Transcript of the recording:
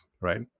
right